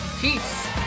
Peace